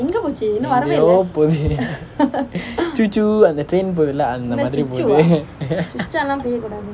எங்கயோ போது:engayoo pothu அந்த:antha train போது இல்லே அந்த மாதிரி போது:pothu illae antha maathiri pothu